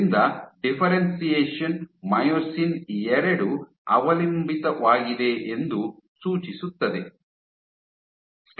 ಆದ್ದರಿಂದ differentiation myosin II ಅವಲಂಬಿತವಾಗಿದೆ ಎಂದು ಸೂಚಿಸುತ್ತದೆ